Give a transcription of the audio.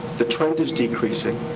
the trend is decreasing,